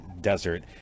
desert